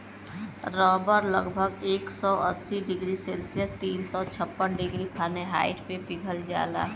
रबड़ लगभग एक सौ अस्सी डिग्री सेल्सियस तीन सौ छप्पन डिग्री फारेनहाइट पे पिघल जाला